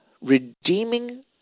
redeeming